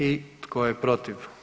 I tko je protiv?